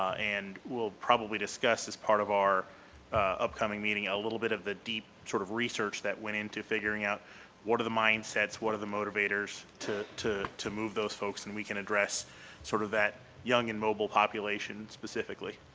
and we'll probably discuss as part of our upcoming meeting a little bit of the deep sort of research that went in to figuring out what are the mindsets, what are the motivators to to move those folks and we can address sort of that young and mobile population specifically.